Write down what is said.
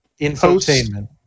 Infotainment